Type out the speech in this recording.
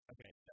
Okay